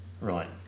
Right